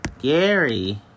Gary